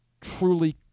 truly